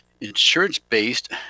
insurance-based